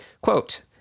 Quote